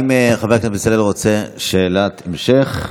האם חבר הכנסת בצלאל רוצה שאלת המשך?